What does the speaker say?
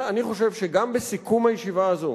אני חושב שגם בסיכום הישיבה הזאת